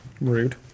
Rude